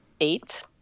eight